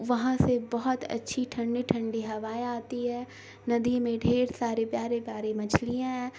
وہاں سے بہت اچھی ٹھنڈی ٹھنڈی ہوائیں آتی ہے ندی میں ڈھیر سارے پیارے پیارے مچھلیاں ہیں